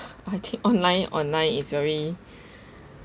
I think online online is very